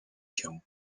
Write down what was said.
się